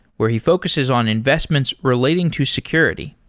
where he focuses on investments relating to security.